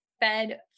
Fed